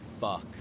fuck